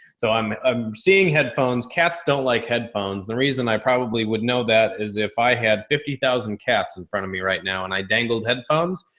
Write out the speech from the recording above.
so i'm, i'm seeing headphones. cats don't like headphones. and the reason i probably would know that is if i had fifty thousand cats in front of me right now and i dangled headphones,